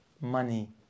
money